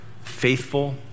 faithful